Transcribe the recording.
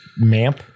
MAMP